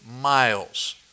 miles